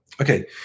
Okay